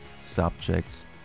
subjects